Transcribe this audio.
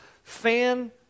fan